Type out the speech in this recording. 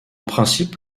principe